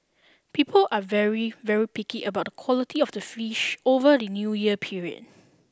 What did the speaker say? people are very very picky about the quality of the fish over the New Year period